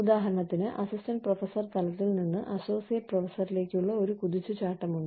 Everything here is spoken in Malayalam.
ഉദാഹരണത്തിന് അസിസ്റ്റന്റ് പ്രൊഫസർ തലത്തിൽ നിന്ന് അസോസിയേറ്റ് പ്രൊഫസറിലേക്കുള്ള ഒരു കുതിച്ചുചാട്ടമുണ്ട്